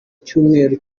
icyumweru